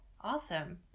Awesome